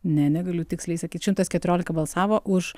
ne negaliu tiksliai sakyt šimtas keturiolika balsavo už